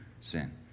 sin